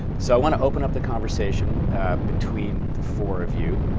so i want to open up the conversation between the four of you,